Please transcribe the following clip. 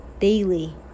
daily